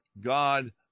God